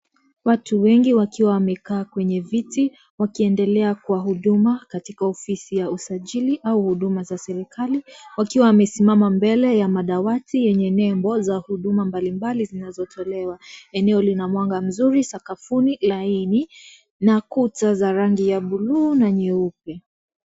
Watu wengi wakiwa wamekaa kwenye viti wakiendelea kwa huduma katika ofisi ya usajiri au huduma za serikali wakiwa wamesimama mbele ya madawati yenye nembo za huduma mbalimbali zinazotolewa eneo lina mwanga mzuri sakafuni laini na kuta za rangi ya bluu na nyeupe.